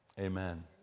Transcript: amen